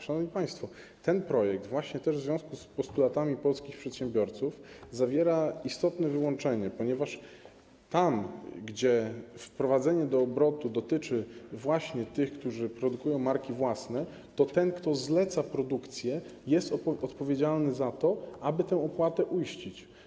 Szanowni państwo, ten projekt właśnie też w związku z postulatami polskich przedsiębiorców zawiera istotne wyłączenie, ponieważ tam, gdzie wprowadzenie do obrotu dotyczy właśnie tych, którzy produkują marki własne, ten, kto zleca produkcję, jest odpowiedzialny za to, aby tę opłatę uiścić.